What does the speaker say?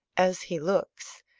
as he looks.